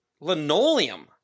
linoleum